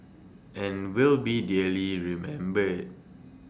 and will be dearly remembered